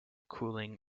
cooling